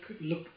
look